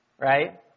right